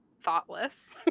thoughtless